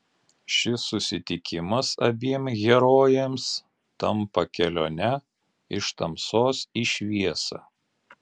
šis susitikimas abiem herojėms tampa kelione iš tamsos į šviesą